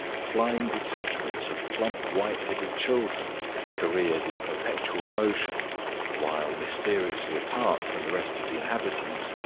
flying detachments of plump white-headed children careered in perpetual motion while, mysteriously apart from the rest of the inhabitants,